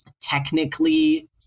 technically